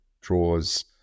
draws